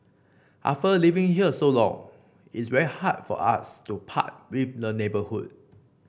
after living here so long it's very hard for us to part with the neighbourhood